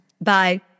Bye